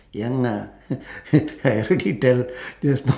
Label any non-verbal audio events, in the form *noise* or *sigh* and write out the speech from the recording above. young ah *noise* I already tell just now